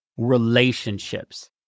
relationships